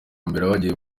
mbere